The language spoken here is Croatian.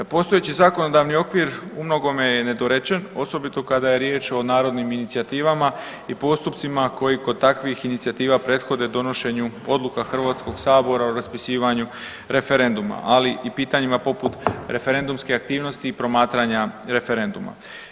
Postojeći zakonodavni okvir u mnogome je nedorečen, osobito kada je riječ o narodnim inicijativama i postupcima koji kod takvih inicijativa prethode donošenju odluka HS-a o raspisivanju referenduma, ali i pitanjima poput referendumske aktivnosti i promatranja referenduma.